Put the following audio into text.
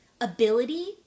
ability